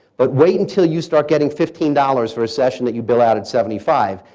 but wait until you start getting fifteen dollars for a session that you bail out at seventy five